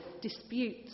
disputes